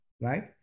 right